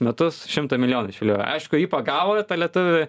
metus šimtą milijonų išviliojo aišku jį pagavo tą lietuvį